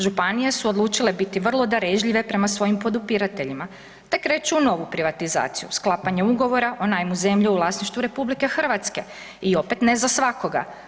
Županije su odlučile biti vrlo darežljive prema svojim podupirateljima te kreću u novu privatizaciju sklapanje ugovora o najmu zemlje u vlasništvu RH i opet ne za svakoga.